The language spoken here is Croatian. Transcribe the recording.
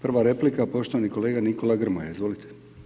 Prva replika, poštovani kolega Nikola Grmoja, izvolite.